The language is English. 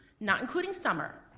not including summer,